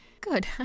Good